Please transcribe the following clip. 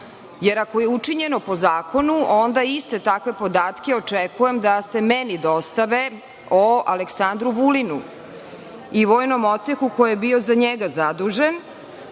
Ako je učinjeno po zakonu, onda iste takve podatke očekujem da se meni dostave o Aleksandru Vulinu i vojnom odseku koji je bio za njega zadužen.